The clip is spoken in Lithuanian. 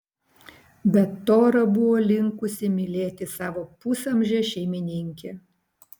bet tora buvo linkusi mylėti savo pusamžę šeimininkę